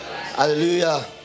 Hallelujah